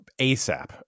asap